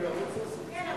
כן,